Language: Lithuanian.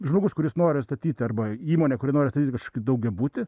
žmogus kuris nori statyti arba įmonė kuri nori statyti kažkokį daugiabutį